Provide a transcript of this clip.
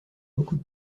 beaucoup